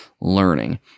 learning